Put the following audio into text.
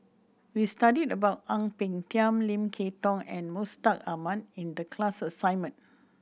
we studied about Ang Peng Tiam Lim Kay Tong and Mustaq Ahmad in the class assignment